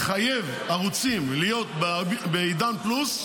מחייב ערוצים להיות בעידן פלוס,